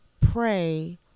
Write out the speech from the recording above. pray